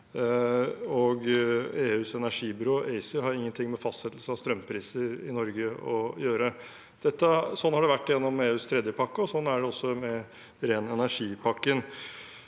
EUs energibyrå, ACER, har ingenting med fastsettelse av strømpriser i Norge å gjøre. Sånn har det vært gjennom EUs tredje pakke, og sånn er det også med ren energi-pakken.